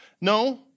No